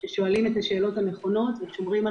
ששואלים את השאלות הנכונות ושומרים על